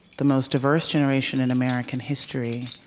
the most diverse generation in american history,